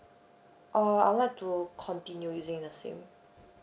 uh I would like to continue using the same